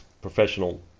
professional